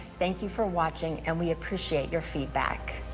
thank you for watching and we appreciate your feedback.